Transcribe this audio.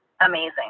amazing